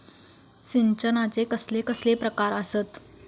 सिंचनाचे कसले कसले प्रकार आसत?